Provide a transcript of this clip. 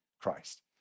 Christ